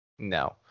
No